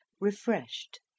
refreshed